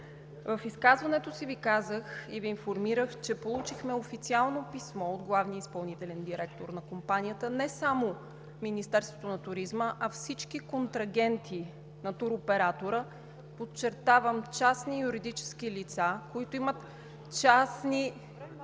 В изказването си Ви казах и Ви информирах, че получихме официално писмо от главния изпълнителен директор на компанията не само в Министерството на туризма, а и всички контрагенти на туроператора, подчертавам, частни и юридически лица, които имат частни